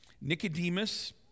Nicodemus